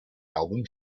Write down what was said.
album